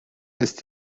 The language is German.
ist